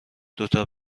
دوتا